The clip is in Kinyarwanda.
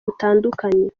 butandukanye